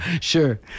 Sure